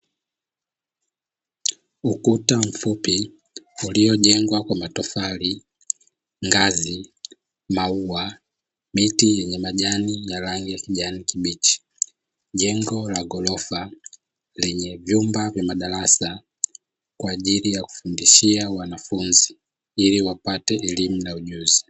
Ukuta mfupi uliojengwa kwa matofali, ngazi, maua, miti yenye majani ya kijani kibichi, jengo la ghorofa lenye vyumba vya madarasa kwa ajili ya kufundishia wanafunzi ili wapate elimu na ujuzi.